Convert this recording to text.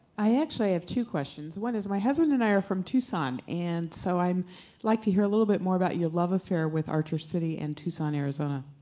i actually have two questions, one is my husband and i are from tucson, and so i'd um like to hear a little bit more about your love affair with archer city and tucson arizona.